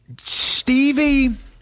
Stevie